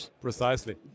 Precisely